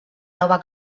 nova